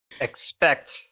Expect